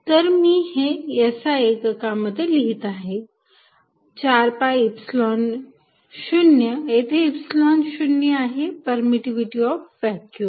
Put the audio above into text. तर मी हे SI एककामध्ये लिहीत आहे ४ पाय इप्सलोन 0 येथे इप्सलोन 0 आहे परमिटिव्हिटी ऑफ व्ह्क्युम